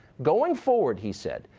going forward, he said,